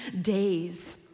days